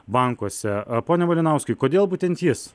bankuose a pone malinauskai kodėl būtent jis